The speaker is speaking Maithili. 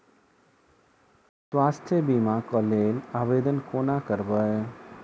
स्वास्थ्य बीमा कऽ लेल आवेदन कोना करबै?